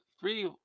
three